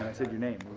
said your name